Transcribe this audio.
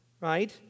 right